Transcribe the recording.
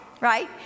right